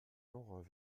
ont